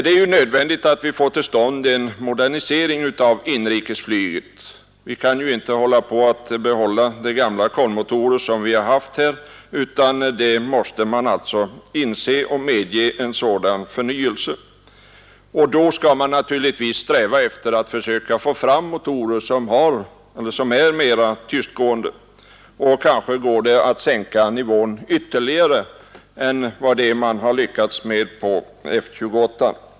Det är nödvändigt att vi får till stånd en modernisering av inrikesflyget. Vi kan inte behålla de gamla kolvmotorer som vi tidigare haft utan man måste inse nödvändigheten av en sådan förnyelse. Då skall man naturligtvis sträva efter att försöka få fram motorer, som är mera tystgående. Kanske går det att sänka nivån lägre än den som uppnåtts med Fokker F-28.